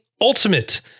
Ultimate